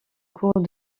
courts